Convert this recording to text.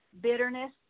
bitterness